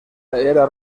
era